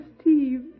Steve